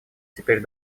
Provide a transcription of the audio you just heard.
теперь